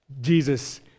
Jesus